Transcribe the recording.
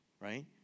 right